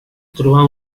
trobar